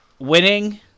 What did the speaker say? Winning